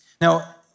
Now